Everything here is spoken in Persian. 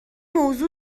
موضوع